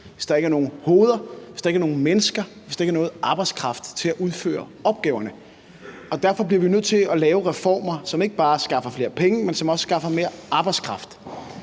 hvis der ikke er nogen hoveder, hvis der ikke er nogen mennesker, hvis der ikke er noget arbejdskraft til at udføre opgaverne. Og derfor bliver vi nødt til at lave reformer, som ikke bare skaffer flere penge, men som også skaffer mere arbejdskraft.